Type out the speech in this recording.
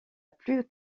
plus